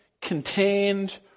contained